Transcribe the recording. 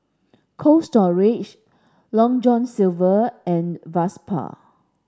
Cold Storage Long John Silver and Vespa